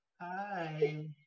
hi